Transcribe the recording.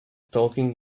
talking